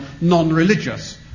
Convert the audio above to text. non-religious